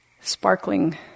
sparkling